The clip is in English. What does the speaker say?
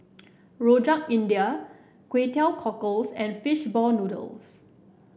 Rojak India Kway Teow Cockles and fish ball noodles